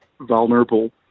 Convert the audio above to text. vulnerable